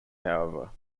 however